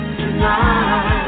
tonight